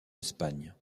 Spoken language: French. espagne